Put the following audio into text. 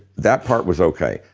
that part was okay,